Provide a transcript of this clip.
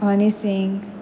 honey Singh